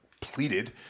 pleaded